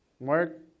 Mark